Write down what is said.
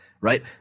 Right